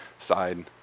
side